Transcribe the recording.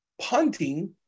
punting